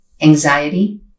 anxiety